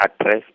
address